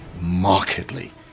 markedly